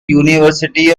university